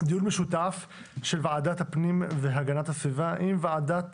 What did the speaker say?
זה דיון משותף לוועדת הפנים והגנת הסביבה עם הוועדה